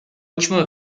última